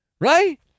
right